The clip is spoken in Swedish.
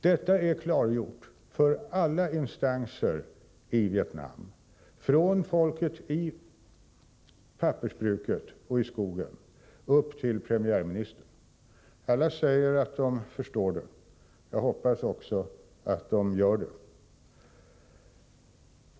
Detta är klargjort för alla instanser i Vietnam, från folket i pappersbruket och i skogen upp till premiärministern. Alla säger att de förstår det. Jag hoppas också att de gör detta.